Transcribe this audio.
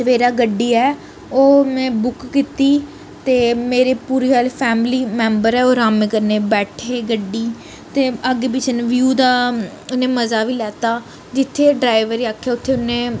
Tavera गड्डी ऐ ओह् मै बुक कीती ते मेरी पूरी फैमिली मैम्बर ऐ ओह् अरामै कन्नै बैठे गड्डी ते अग्गें पिच्छे दा व्यू दा उनें मज़ा बी लैता जित्थें ड्राइवर गी आखेआ उत्थें उन्नै